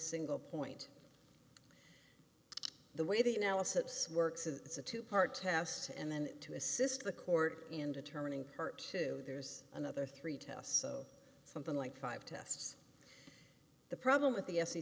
single point the way the analysis works it's a two part tests and then to assist the court in determining part two there's another three test so something like five tests the problem with the s e